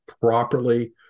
properly